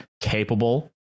capable